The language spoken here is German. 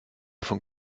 von